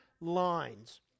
lines